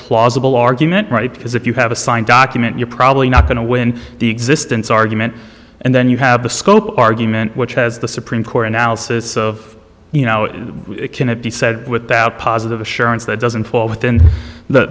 plausible argument right because if you have a signed document you're probably not going to win the existence argument and then you have the scope of argument which has the supreme court analysis of you know it can it be said without positive assurance that doesn't fall within